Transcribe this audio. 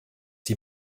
die